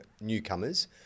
newcomers